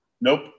Nope